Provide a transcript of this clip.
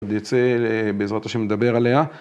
אני רוצה בעזרת השם לדבר עליה.